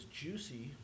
juicy